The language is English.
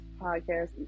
podcast